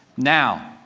now.